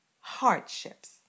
hardships